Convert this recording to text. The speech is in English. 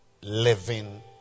living